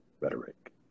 rhetoric